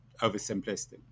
oversimplistic